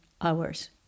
hours